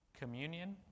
Communion